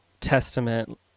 testament